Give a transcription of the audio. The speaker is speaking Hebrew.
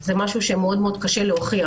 זה משהו שמאוד קשה להוכיח,